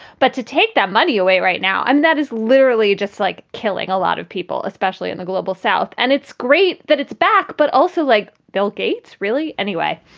but to take that money away right now and that is literally just like killing a lot of people, especially in the global south. and it's great that it's back. but also like bill gates really, anyway.